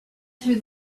through